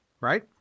Right